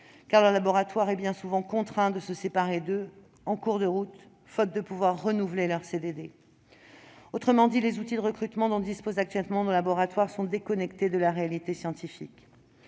car leur laboratoire est bien souvent contraint de se séparer d'eux en cours de route, faute de pouvoir renouveler leur CDD. Autrement dit, les outils de recrutement dont disposent actuellement nos laboratoires sont déconnectés de la réalité scientifique.